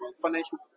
financial